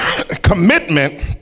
Commitment